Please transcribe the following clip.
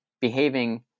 behaving